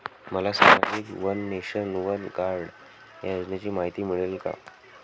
मला सामाजिक one nation, one card या योजनेची माहिती मिळेल का?